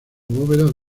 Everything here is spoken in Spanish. bóvedas